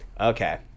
Okay